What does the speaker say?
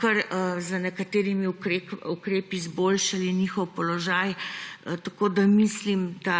kar nekaj ukrepi izboljšali njihov položaj, tako da mislim, da